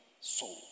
soul